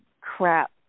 crap